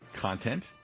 content